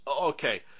Okay